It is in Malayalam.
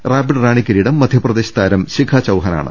റാപ്പിഡ് റാണി കിരീടം മധ്യപ്രദേശ് താരം ശിഖ ചൌഹാ നാണ്